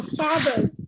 fathers